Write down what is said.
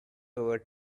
over